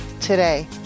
today